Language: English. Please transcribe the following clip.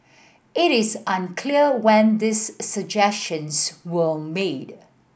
it is unclear when these suggestions were made